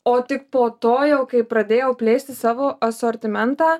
o tik po to jau kai pradėjau plėsti savo asortimentą